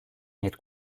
met